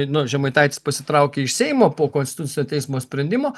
nu žemaitaitis pasitraukė iš seimo po konstitucinio teismo sprendimo